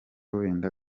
wenda